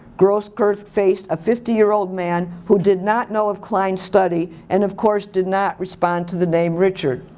groth kurth faced a fifty year old man, who did not know of klein's study and of course did not respond to the name richard.